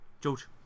George